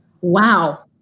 Wow